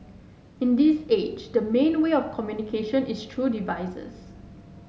in this age the main way of communication is through devices